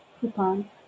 coupon